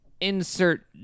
Insert